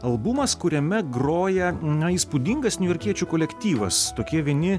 albumas kuriame groja na įspūdingas niujorkiečių kolektyvas tokie vieni